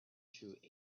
through